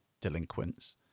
delinquents